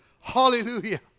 Hallelujah